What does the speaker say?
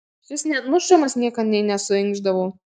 šis net mušamas niekad nė nesuinkšdavo